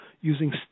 using